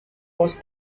was